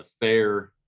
fair